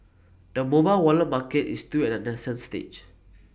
the mobile wallet market is still at A nascent stage